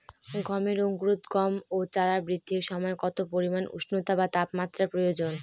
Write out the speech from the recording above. গমের অঙ্কুরোদগম ও চারা বৃদ্ধির সময় কত পরিমান উষ্ণতা বা তাপমাত্রা প্রয়োজন?